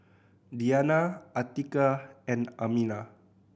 Diyana Atiqah and Aminah